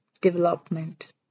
development